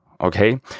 Okay